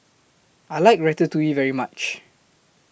I like Ratatouille very much